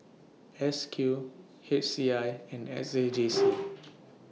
S Q H C I and S A J C